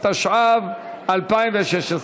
התשע"ו 2016,